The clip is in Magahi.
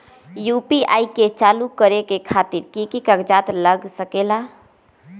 यू.पी.आई के चालु करे खातीर कि की कागज़ात लग सकेला?